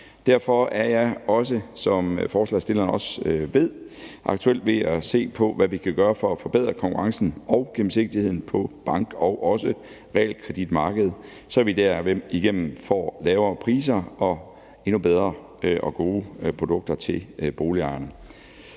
Derfor er jeg også, som forslagsstillerne også ved, aktuelt ved at se på, hvad vi kan gøre for at forbedre konkurrencen og gennemsigtigheden på bank- og også realkreditmarkedet, så vi derigennem får lavere priser og, endnu bedre, gode produkter til boligejerne.